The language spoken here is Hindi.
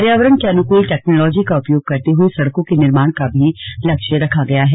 पर्यावरण के अनुकूल टेक्नलोजी का उपयोग करते हुए सड़कों के निर्माण का भी लक्ष्य रखा गया है